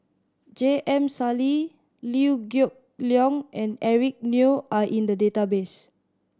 J M Sali Liew Geok Leong and Eric Neo are in the database